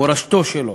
מורשתו שלו.